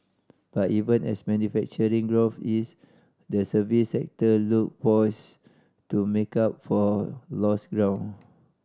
but even as manufacturing growth eased the service sector look poised to make up for lost ground